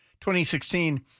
2016